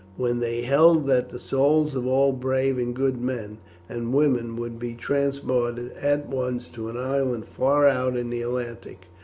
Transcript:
when they held that the souls of all brave and good men and women would be transported at once to an island far out in the atlantic,